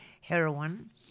heroin